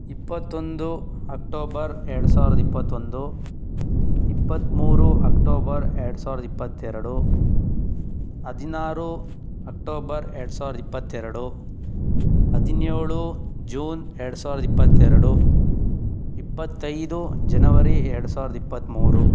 ಇಪ್ಪತ್ತೊಂದು ಅಕ್ಟೋಬರ್ ಎರಡು ಸಾವಿರದ ಇಪ್ಪತ್ತೊಂದು ಇಪ್ಪತ್ತ್ಮೂರು ಅಕ್ಟೋಬರ್ ಎರಡು ಸಾವಿರದ ಇಪ್ಪತ್ತೆರಡು ಹದಿನಾರು ಅಕ್ಟೋಬರ್ ಎರಡು ಸಾವಿರದ ಇಪ್ಪತ್ತೆರಡು ಹದಿನೇಳು ಜೂನ್ ಎರಡು ಸಾವಿರದ ಇಪ್ಪತ್ತೆರಡು ಇಪ್ಪತ್ತೈದು ಜನವರಿ ಎರಡು ಸಾವಿರದ ಇಪ್ಪತ್ತ್ಮೂರು